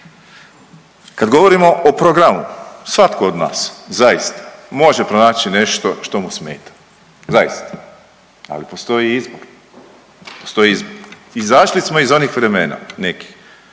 Kad govorimo o programu, svatko od nas zaista može pronaći nešto što mu smeta, zaista. Ali postoji izbor, postoji izbor. Izašli smo iz onih vremena nekih